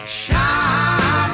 shine